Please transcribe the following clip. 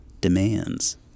demands